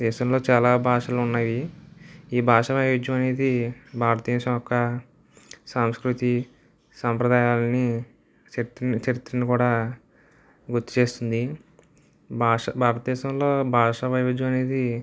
దేశంలో చాలా భాషలున్నాయి ఈ భాషా వైవిధ్యం అనేది భారతదేశం యొక్క సంస్కృతి సాంప్రదాయాలని చరిత్రను చరిత్రను కూడా గుర్తు చేస్తుంది భాష భారతదేశంలో భాషా వైవిధ్యం అనేది